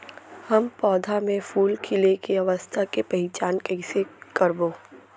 हम पौधा मे फूल खिले के अवस्था के पहिचान कईसे करबो